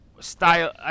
style –